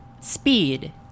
speed